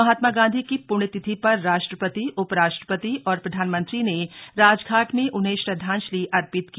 महात्मा गांधी की पृण्यतिथि पर राष्ट्रपति उपराष्ट्रपति और प्रधानमंत्री ने राजघाट में उन्हें श्रद्धांजलि अर्पित की